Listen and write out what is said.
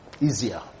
easier